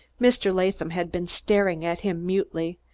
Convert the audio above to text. mr. latham had been staring at him mutely,